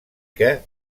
que